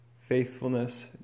faithfulness